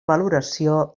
valoració